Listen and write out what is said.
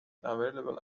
available